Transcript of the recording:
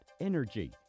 energy